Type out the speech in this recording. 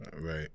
right